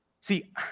See